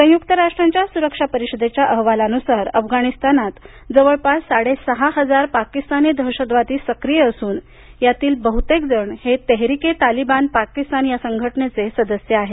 संयुक्त राष्ट्रांच्या सुरक्षा परिषदेच्या अहवालानुसार अफगाणिस्तानात जवळपास साडे सहा हजार पाकिस्तानी दहशतवादी सक्रीय असून यातील बहुतेक जण हे तेहरिके तालिबान पाकिस्तान या संघटनेचे सदस्य आहेत